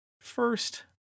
First